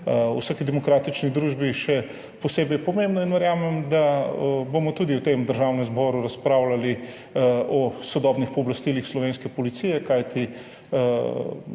vsaki demokratični družbi še posebej pomembno in verjamem, da bomo tudi v tem državnem zboru razpravljali o sodobnih pooblastilih slovenske policije. Kajti